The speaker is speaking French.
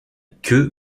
queue